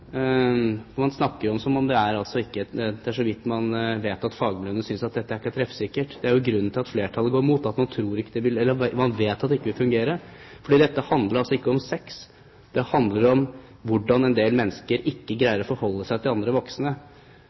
man snakker jo som om det er så vidt man vet at fagmiljøene synes at dette ikke er treffsikkert. Det er jo grunnen til at flertallet går imot, at man vet at det ikke vil fungere. For dette handler altså ikke om sex, det handler om hvordan en del mennesker ikke greier å forholde seg til andre voksne.